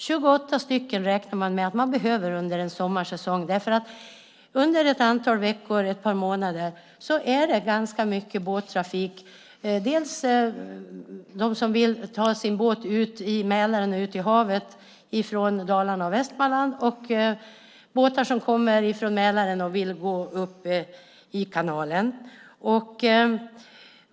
28 stycken räknar man med att man behöver under en sommarsäsong, för under ett antal veckor, ett par månader, är det ganska mycket båttrafik. Det är dels de som vill ta sin båt ut i Mälaren och ut i havet från Dalarna och Västmanland, dels båtar som kommer från Mälaren och vill gå upp i kanalen.